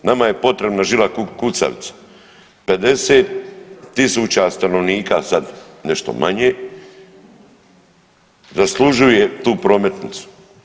Nama je potrebna žila kucavica, 50 tisuća stanovnika, sad nešto manje, zaslužuje tu prometnicu.